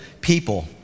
people